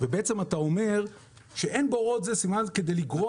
ובעצם אתה אומר שאין בהוראות סימן זה כדי לגרוע